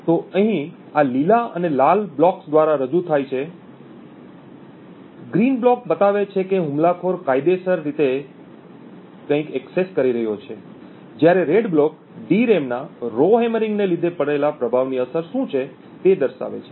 તો અહીં આ લીલા અને લાલ બ્લોક્સ દ્વારા રજૂ થાય છે ગ્રીન બ્લોક બતાવે છે કે હુમલાખોર કાયદેસર રીતે કઈ એક્સેસ કરી રહ્યો છે જ્યારે રેડ બ્લોક ડીરેમ ના રોહેમરિંગ ને લીધે પડેલા પ્રભાવની અસર શું છે તે દર્શાવે છે